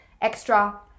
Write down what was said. extra